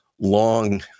long